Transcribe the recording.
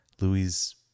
Louis